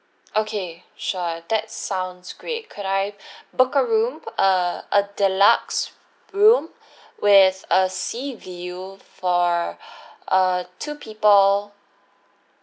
okay sure that sounds great could I book a room err a deluxe room with a sea view for uh two people